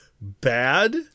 bad